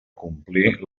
complir